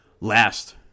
last